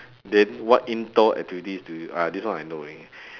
then what indoor activities do you !aiya! this one I know already